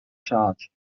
charge